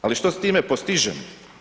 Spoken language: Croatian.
Ali što s time postižemo?